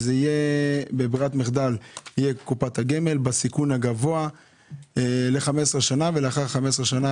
שבברירת מחדל תהיה קופת גמל בסיכון גבוה למשך 15 שנים,